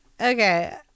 Okay